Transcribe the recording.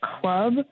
club